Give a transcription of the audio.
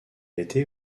été